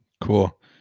Cool